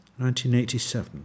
1987